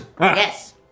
Yes